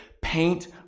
paint